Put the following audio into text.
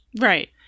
right